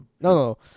no